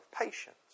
patience